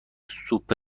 سوپ